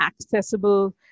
accessible